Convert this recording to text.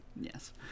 Yes